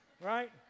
Right